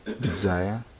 desire